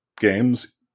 games